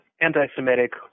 anti-Semitic